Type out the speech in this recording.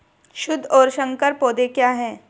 शुद्ध और संकर पौधे क्या हैं?